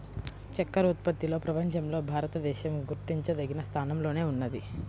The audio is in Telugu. చక్కర ఉత్పత్తిలో ప్రపంచంలో భారతదేశం గుర్తించదగిన స్థానంలోనే ఉన్నది